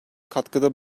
katkıda